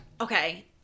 okay